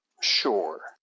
Sure